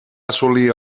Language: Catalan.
assolir